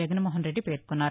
జగన్మోహన్రెడ్డి పేర్కొన్నారు